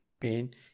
pain